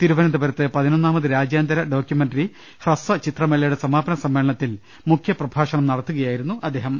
തിരുവനന്തപുരത്ത് പതിനൊന്നാമത് രാജ്യാന്തര ഡോക്യുമെന്ററി ഹ്രസ്വചിത്ര മേളയുടെ സമാപന സമ്മേളന ത്തിൽ മുഖ്യപ്രഭാഷണം നടത്തുകയായിരുന്ന അദ്ദേഹം